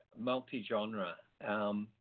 multi-genre